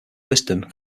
wisdom